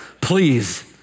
Please